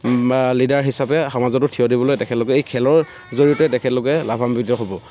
বা লীডাৰ হিচাপে সমাজতো থিয় দিবলৈ তেখেতলোকে এই খেলৰ জৰিয়তে তেখেতলোকে লাভাম্বিত হব